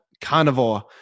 carnivore